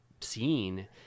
scene